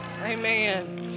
amen